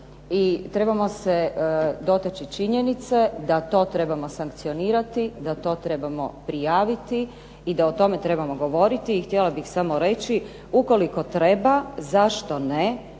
I trebamo se dotaći činjenice da to trebamo sankcionirati, da to trebamo prijaviti i da o tome trebamo govoriti. I htjela bih samo reći, ukoliko treba, zašto ne,